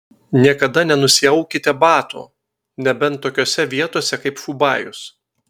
niekada nenusiaukite batų nebent tokiose vietose kaip fubajus